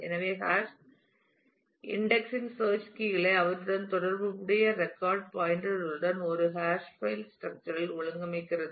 எனவே hash indexing search key களை அவற்றுடன் தொடர்புடைய ரெக்கார்ட் பாயின்டர் களுடன் ஒரு ஹாஷ் பைல் ஸ்ட்ரக்சர் இல் ஒழுங்கமைக்கிறது